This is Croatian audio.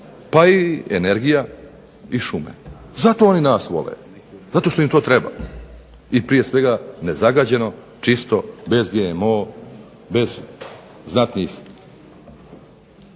pa i energija i šume. Zato oni nas vole, zato što im to treba. I prije svega nezagađeno, čisto, bez GMO bez znatnih